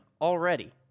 already